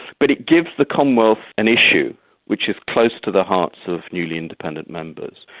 but it gives the commonwealth an issue which is close to the hearts of newly independent members.